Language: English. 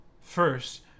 First